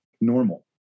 normal